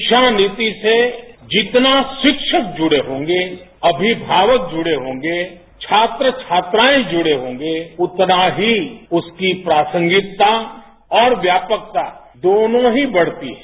शिक्षा नीति से जितना शिक्षक जुड़े होंगे अभिषावक जुड़े होंगे छात्र छात्राएं जुड़े होंगे उतना ही उसकी प्रासंगिकता और व्यापकता दोनों ही बढ़ती है